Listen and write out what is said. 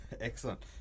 Excellent